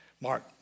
Mark